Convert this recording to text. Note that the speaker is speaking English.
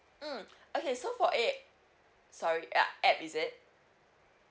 mm okay so for A~ sorry ah A_P_P is it